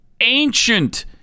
ancient